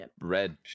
red